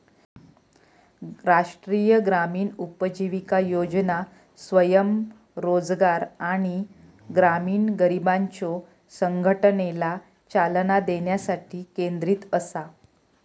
राष्ट्रीय ग्रामीण उपजीविका योजना स्वयंरोजगार आणि ग्रामीण गरिबांच्यो संघटनेला चालना देण्यावर केंद्रित असा